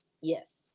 Yes